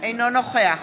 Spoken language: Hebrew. אינו נוכח